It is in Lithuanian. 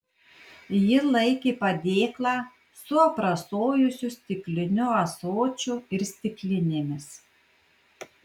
ji laikė padėklą su aprasojusiu stikliniu ąsočiu ir stiklinėmis